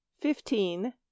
fifteen